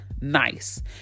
nice